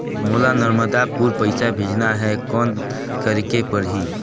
मोला नर्मदापुर पइसा भेजना हैं, कौन करेके परही?